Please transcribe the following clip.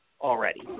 already